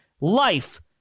life